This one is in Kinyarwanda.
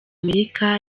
amerika